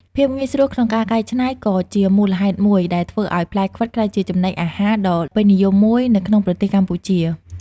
ភាពងាយស្រួលក្នុងការកែច្នៃនេះ ក៏ជាមូលហេតុមួយដែលធ្វើឲ្យផ្លែខ្វិតក្លាយជាចំណីអាហារដ៏ពេញនិយមមួយនៅក្នុងប្រទេសកម្ពុជា។